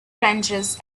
ranches